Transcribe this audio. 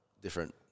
different